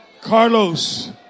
Carlos